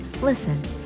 Listen